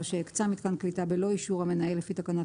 או שהקצה מיתקן קליטה בלא אישור המנהל לפי תקנת